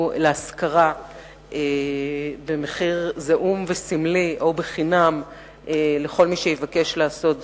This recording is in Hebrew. להשכרה במחיר סמלי לכל מי שיבקש לעשות זאת.